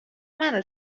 منو